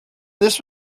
this